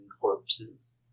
corpses